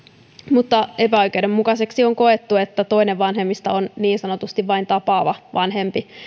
mutta epäoikeudenmukaiseksi on koettu että toinen vanhemmista on niin sanotusti vain tapaava vanhempi